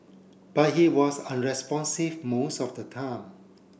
but he was unresponsive most of the time